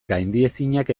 gaindiezinak